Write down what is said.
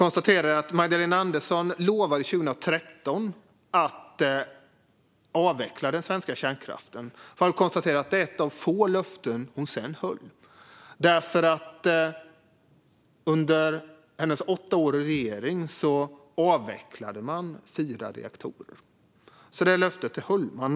Magdalena Andersson lovade 2013 att avveckla den svenska kärnkraften. Det är ett av få löften som hon sedan höll. Under hennes åtta år i regeringen avvecklade man fyra reaktorer, så det löftet höll man.